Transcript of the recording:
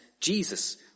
Jesus